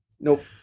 Nope